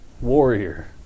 warrior